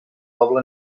doble